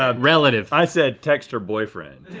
ah relative. i said, text her boyfriend.